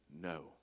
no